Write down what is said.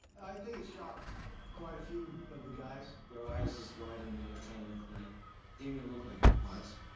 i think it shocked quite a few of the guys. their eyes just widened and it kind of looked like. gave me a look like, what?